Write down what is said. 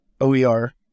OER